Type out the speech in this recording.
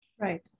Right